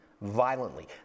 violently